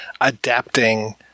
adapting